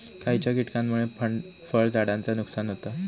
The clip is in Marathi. खयच्या किटकांमुळे फळझाडांचा नुकसान होता?